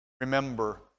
Remember